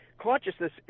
Consciousness